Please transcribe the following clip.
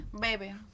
Baby